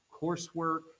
coursework